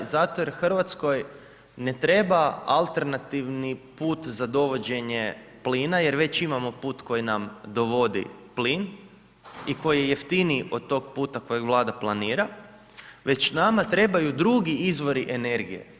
Zato jer Hrvatskoj ne treba alternativni put za dovođenje plina jer već imamo put koji nam dovodi plin i koji je jeftiniji od tog puta kojeg Vlada planira već nama treba drugi izvori energije.